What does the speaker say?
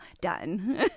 done